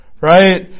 Right